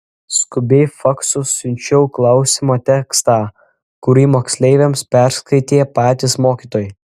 skubiai faksu siunčiau klausymo tekstą kurį moksleiviams perskaitė patys mokytojai